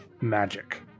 magic